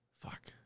Fuck